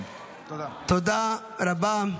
תודה רבה.